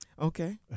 okay